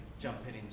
jumping